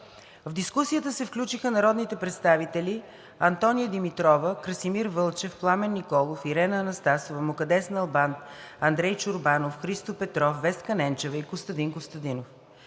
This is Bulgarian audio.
В дискусията се включиха народните представители Антония Димитрова, Красимир Вълчев, Пламен Николов, Ирена Анастасова, Мукаддес Налбант, Андрей Чорбанов, Христо Петров, Веска Ненчева и Костадин Костадинов.